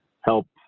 help